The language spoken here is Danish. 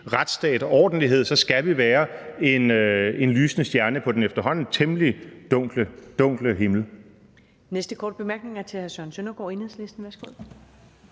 retsstat og ordentlighed, skal være en lysende stjerne på den efterhånden temmelig dunkle himmel.